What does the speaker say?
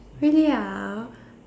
really ah